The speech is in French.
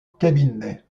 cabinet